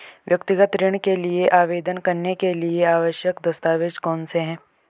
व्यक्तिगत ऋण के लिए आवेदन करने के लिए आवश्यक दस्तावेज़ कौनसे हैं?